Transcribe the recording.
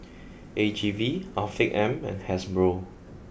A G V Afiq M and Hasbro